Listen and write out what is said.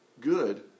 good